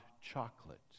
chocolate